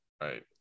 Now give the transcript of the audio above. Right